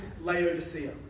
Laodicea